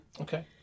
Okay